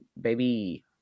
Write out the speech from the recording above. baby